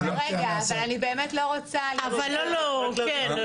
יצא המרצע מהשק.